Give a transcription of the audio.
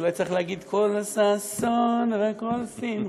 אולי צריך להגיד: קול ששון וקול שמחה,